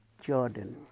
Jordan